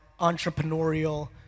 entrepreneurial